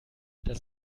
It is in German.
das